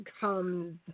comes